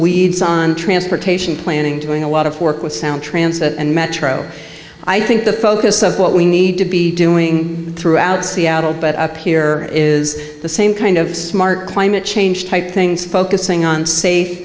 weeds on transportation planning a lot of work with sound transit and metro i think the focus of what we need to be doing throughout seattle but up here is the same kind of smart climate change type things focusing on